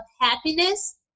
happiness